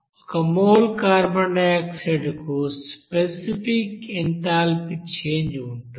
ఒక mole carbon dioxide కు specific enthalpy change ఉంటుంది